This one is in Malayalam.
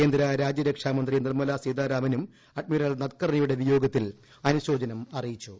കേന്ദ്ര രാജ്യരക്ഷാമന്ത്രി നിർമ്മല് സീതാരാമനും അഡ്മിറൽ നദ്കർണിയുടെ വിയോഗ്ത്തിൽ അനുശോചനം അറിയിച്ചു